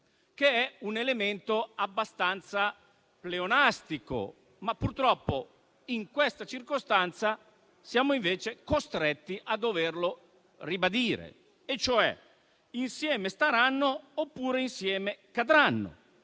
di un elemento abbastanza pleonastico, ma purtroppo in questa circostanza siamo invece costretti a doverlo ribadire: insieme staranno oppure insieme cadranno.